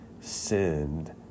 sinned